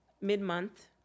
mid-month